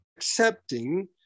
accepting